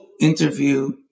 interview